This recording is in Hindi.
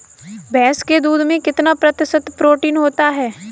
भैंस के दूध में कितना प्रतिशत प्रोटीन होता है?